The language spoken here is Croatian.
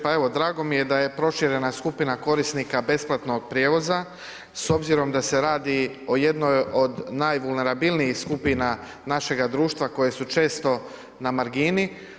Pa evo, drago mi je da je proširena skupina korisnika besplatnog prijevoza s obzirom da se radi o jednoj od najvulnerabilnijih skupina našega društva koje su često na margini.